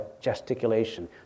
gesticulation